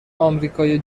آمریکای